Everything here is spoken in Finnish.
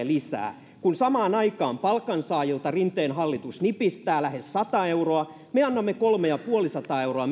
lisää kun samaan aikaan palkansaajilta rinteen hallitus nipistää lähes sata euroa me annamme meidän vaihtoehdossamme kolme ja puoli sataa euroa